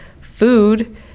food